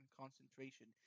concentration